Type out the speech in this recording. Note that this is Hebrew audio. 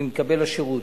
ממקבל השירות.